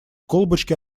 колбочки